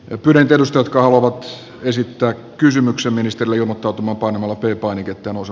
rakennustyöt kavo vaps esittää kysymyksen niinistölle jo muotoutunut arvoisa herra puhemies